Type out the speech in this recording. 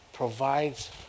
provides